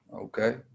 Okay